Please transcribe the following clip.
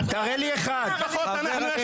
תראה לי אחד, תראה לי אחד.